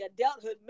adulthood